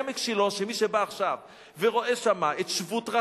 עמק שילה, מי שבא עכשיו ורואה שם את שבות-רחל,